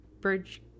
bridge